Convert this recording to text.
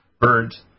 birds